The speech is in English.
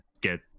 get